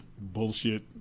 bullshit